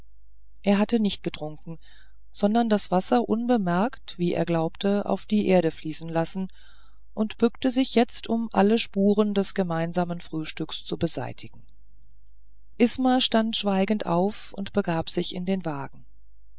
er hatte nicht getrunken sondern das wasser unbemerkt wie er glaubte auf die erde fließen lassen und bückte sich jetzt um alle spuren des gemeinsamen frühstücks zu beseitigen isma stand schweigend auf und begab sich in den wagen